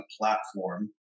platform